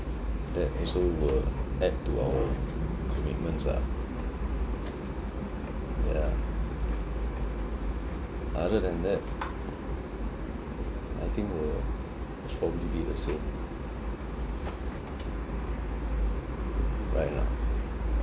that also will add to our commitments lah yeah other than that I think will probably be the same ah right or not